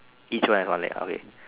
each one is one leg okay